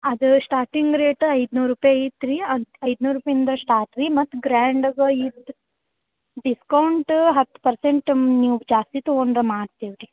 ಅದು starting rate ಐದುನೂರು ರೂಪಾಯಿ ಇತ್ರಿ ಅದು ಐದುನೂರು ರುಪಾಯಿಂದ ಸ್ಟಾರ್ಟ್ ರೀ ಮತ್ತು ಗ್ರ್ಯಾಂಡಾಗೆ ಇತ್ತು ಡಿಸ್ಕೌಂಟ್ ಹತ್ತು ಪರ್ಸೆಂಟ್ ನೀವೆ ಜಾಸ್ತಿ ತೊಗೊಂಡ್ರೆ ಮಾಡ್ತಿವಿ ರೀ